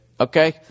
Okay